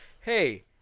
hey